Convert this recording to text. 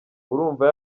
urumva